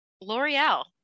L'Oreal